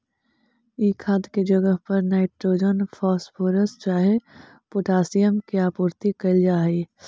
ई खाद के जगह पर नाइट्रोजन, फॉस्फोरस चाहे पोटाशियम के आपूर्ति कयल जा हई